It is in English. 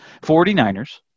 49ers